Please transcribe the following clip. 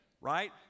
Right